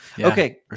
Okay